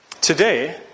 Today